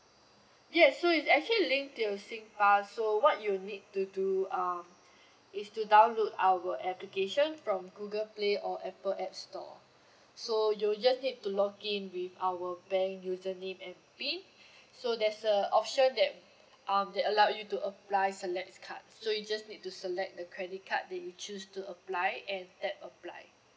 yes so it's actually linked to your singpass so what you need to do um is to download our application from google play or apple app store so you just need to login with our bank username and pin so there's a option that um they allow you to apply select card so you just need to select the credit card that you choose to apply and tap apply